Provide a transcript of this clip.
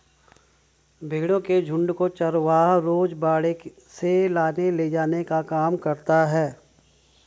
भेंड़ों के झुण्ड को चरवाहा रोज बाड़े से लाने ले जाने का काम करता है